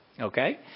Okay